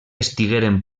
estigueren